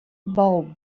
bou